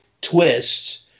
twists